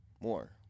more